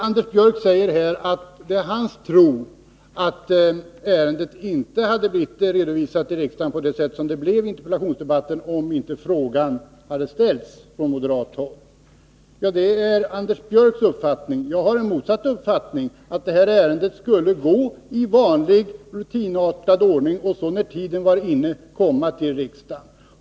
Anders Björck säger att han tror att ärendet inte hade blivit redovisat i riksdagen på det sätt som nu skedde — i en interpellationsdebatt — om inte frågan hade ställts från moderat håll. Det är Anders Björcks uppfattning. Jag har en motsatt uppfattning, nämligen att ärendet skulle ha behandlats i vanlig ordning, och sedan när tiden var inne kommit till riksdagen.